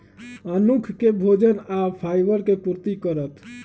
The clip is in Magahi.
मनुख के भोजन आ फाइबर के पूर्ति करत